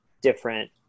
different